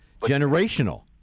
generational